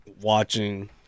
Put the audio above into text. watching